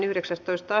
asia